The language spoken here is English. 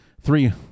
three